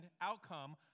outcome